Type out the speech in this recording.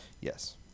Yes